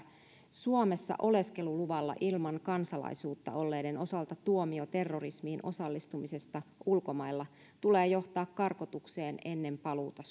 suomessa oleskeluluvalla ilman kansalaisuutta olleiden osalta tuomion terrorismiin osallistumisesta ulkomailla tulee johtaa karkotukseen ennen paluuta